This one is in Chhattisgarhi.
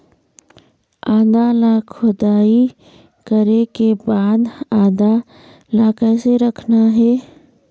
आदा ला खोदाई करे के बाद आदा ला कैसे रखना हे?